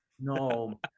No